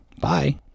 Bye